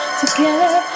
together